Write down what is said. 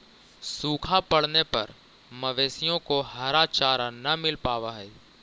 सूखा पड़ने पर मवेशियों को हरा चारा न मिल पावा हई